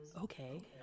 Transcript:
okay